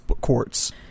courts